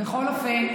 בכל אופן,